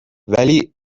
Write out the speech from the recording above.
ولی